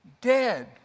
dead